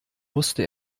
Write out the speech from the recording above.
wusste